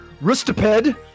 rustiped